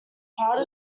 part